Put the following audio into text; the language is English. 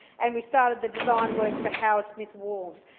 and we started the design works for howard smith wharves.